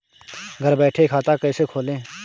घर बैठे खाता कैसे खोलें?